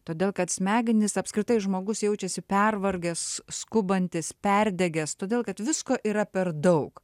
todėl kad smegenys apskritai žmogus jaučiasi pervargęs skubantis perdegęs todėl kad visko yra per daug